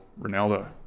Ronaldo